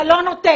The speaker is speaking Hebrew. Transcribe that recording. אתה לא נותן.